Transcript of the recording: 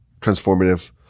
transformative